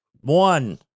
One